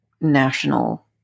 national